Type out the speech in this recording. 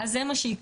אז זה מה שיקרה.